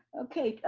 okay,